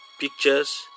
pictures